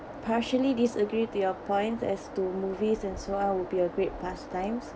partially disagree to your point as to movies and would be a great pastimes